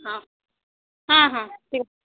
ହଁ ହଁ ହଁ ଠିକ୍ ଅଛି